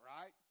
right